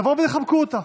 תבואו ותחבקו אותה.